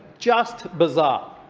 just bizarre.